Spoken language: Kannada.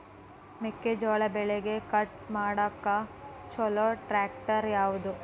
ಮೆಕ್ಕೆ ಜೋಳ ಬೆಳಿನ ಕಟ್ ಮಾಡಾಕ್ ಛಲೋ ಟ್ರ್ಯಾಕ್ಟರ್ ಯಾವ್ದು?